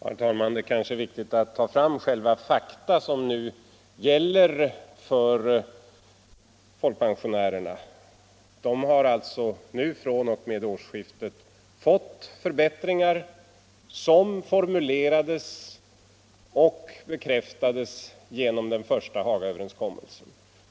Herr talman! Det är kanske viktigt att ta fram fakta i fråga om folkpensionärerna. De har alltså nu fr.o.m. årsskiftet fått förbättringar som formulerades och bekräftades genom den första Hagaöverenskommelsen.